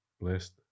blessed